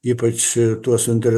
ypač tuo suinteresuotas